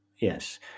Yes